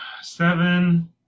Seven